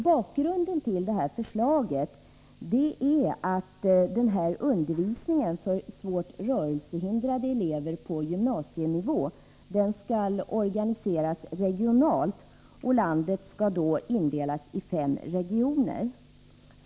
Bakgrunden till förslaget är att undervisningen på gymnasienivå för svårt rörelsehindrade elever skall organiseras regionalt. Landet skall då indelas i fem regioner.